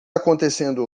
acontecendo